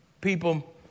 People